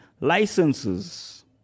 licenses